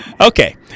Okay